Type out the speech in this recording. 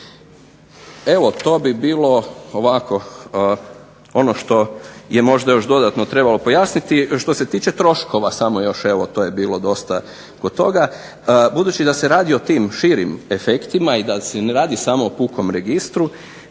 Evo to bi bilo ovako ono što je možda još dodatno trebalo pojasniti. Što se tiče troškova, samo još evo bilo je dosta oko toga. Budući da se radi o tim širim efektima i da ne radi samo o pukom registru,